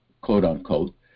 quote-unquote